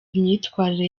imyitwarire